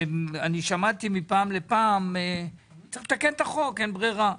שמעתי מפעם לפעם שצריך לתקן את החוק ואין ברירה.